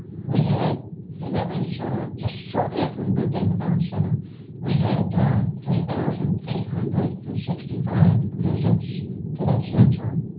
we had and that was just a shortly after we moved into the veterans center we had three thousand eight hundred and sixty five visits to that center.